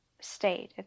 state